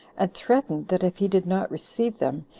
and threatened, that if he did not receive them,